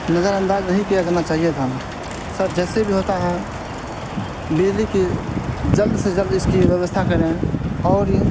نظر انداز نہیں کیا جانا چاہیے تھا سر جیسے بھی ہوتا ہے بجلی کی جلد سے جلد اس کی ویوستھا کریں اور یہ